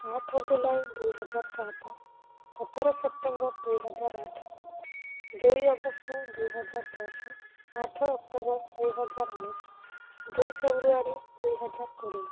ଆଠ ଜୁଲାଇ ଦୁଇ ହଜାର ସାତ ସତର ସେପ୍ଟେମ୍ବର ଦୁଇ ହଜାର ଆଠ ଦୁଇ ଅଗଷ୍ଟ ଦୁଇ ହଜାର ଦଶ ଆଠ ଅକ୍ଟୋବର ଦୁଇ ହଜାର ଉଣେଇଶି ଦୁଇ ଫେବୃଆରୀ ଦୁଇ ହଜାର କୋଡ଼ିଏ